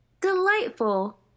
delightful